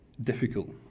difficult